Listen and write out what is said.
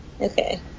Okay